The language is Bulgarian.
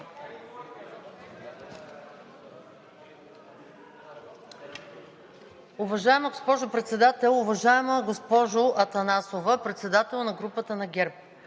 Уважаема госпожо Председател! Уважаема госпожо Атанасова – председател на групата на ГЕРБ,